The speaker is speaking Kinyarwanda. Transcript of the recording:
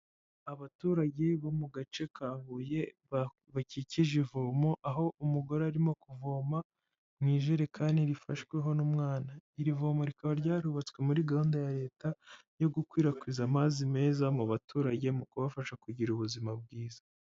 Abaturage bo mu gace ka Huye bakikije ivomo, aho umugore arimo kuvoma mu ijerekani rifashweho n'umwana, iri voma rikaba ryarubatswe muri gahunda ya Leta yo gukwirakwiza amazi meza mu baturage mu kubafasha kugira ubuzima bwiza.